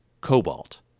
cobalt